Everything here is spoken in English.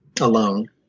Alone